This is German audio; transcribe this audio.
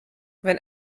wenn